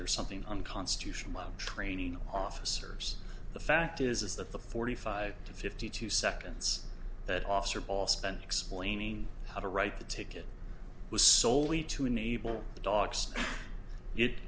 there's something unconstitutional on training officers the fact is is that the forty five to fifty two seconds that officer ball spent explaining how to write the ticket was soley to enable the dogs